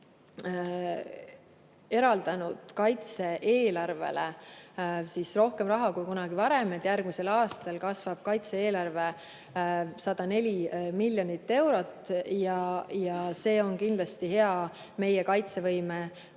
eraldanud kaitse-eelarvele rohkem raha kui kunagi varem, järgmisel aastal kasvab kaitse-eelarve 104 miljonit eurot ja see on kindlasti hea meie kaitsevõime